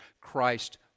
Christ